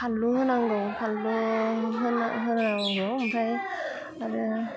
फानलु होनांगौ फानलु होना होनांगौ ओमफाय आरो